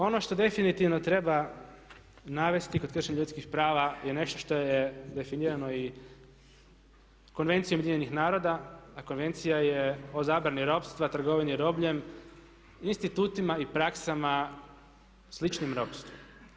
Ono što definitivno treba navesti kod kršenja ljudskih prava je nešto što je definirano i Konvencijom Ujedinjenih naroda a Konvencija je o zabrani ropstva, trgovini robljem, institutima i praksama sličnim ropstvu.